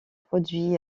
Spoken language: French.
produit